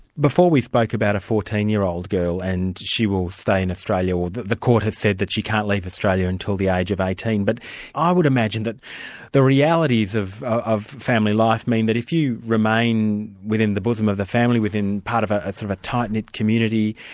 before we spoke about a fourteen year old girl and she will stay in australia, or the the court has said that she can't leave australia until the age of eighteen, but i would imagine that the realities of of family life mean that if you remain within the bosom of the family within part of ah a sort of tight-knit community,